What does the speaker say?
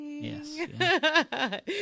Yes